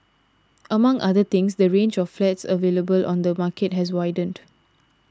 among other things the range of flats available on the market has widened